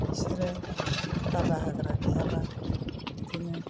बिसोरो बादा होग्रा गैयाबा बिदिनो